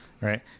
right